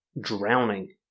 drowning